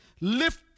Lift